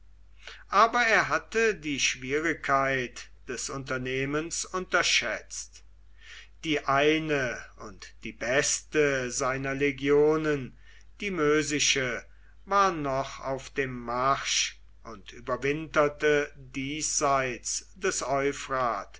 aber er hatte die schwierigkeit des unternehmens unterschätzt die eine und die beste seiner legionen die mösische war noch auf dem marsch und überwinterte diesseits des